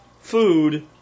food